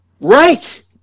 Right